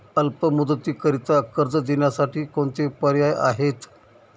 अल्प मुदतीकरीता कर्ज देण्यासाठी कोणते पर्याय आहेत?